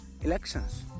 elections